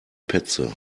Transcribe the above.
petze